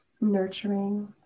nurturing